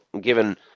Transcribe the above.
given